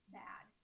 bad